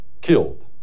killed